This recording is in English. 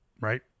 right